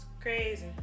crazy